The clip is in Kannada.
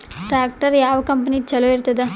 ಟ್ಟ್ರ್ಯಾಕ್ಟರ್ ಯಾವ ಕಂಪನಿದು ಚಲೋ ಇರತದ?